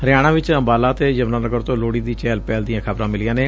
ਹਰਿਆਣਾ ਵਿਚ ਅੰਬਾਲਾ ਅਤੇ ਯਮੁਨਾਨੁਗਰ ਤੋਂ ਲੋਹੜੀ ਦੀ ਚਹਿਲ ਪਹਿਲ ਦੀਆਂ ਖ਼ਬਰਾਂ ਮਿਲੀਆਂ ਨੇ